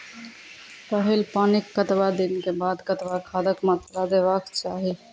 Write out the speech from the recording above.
पहिल पानिक कतबा दिनऽक बाद कतबा खादक मात्रा देबाक चाही?